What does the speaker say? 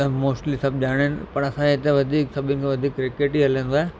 त मोस्टली सभु ॼाणनि पर असांजे हिते वधीक सभिनि खां वधीक क्रिकेट ई हलंदो आहे